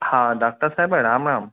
हा डॉक्टर साहेब राम राम